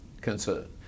concern